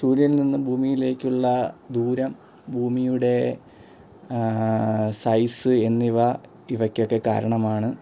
സൂര്യനിൽ നിന്നും ഭൂമിയിലേക്കുള്ള ദൂരം ഭൂമിയുടെ സൈസ് എന്നിവ ഇവയ്ക്കൊക്കെ കാരണമാണ്